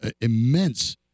immense